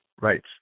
right